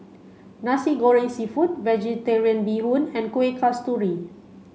Nasi Goreng Seafood Vegetarian Bee Hoon and Kuih Kasturi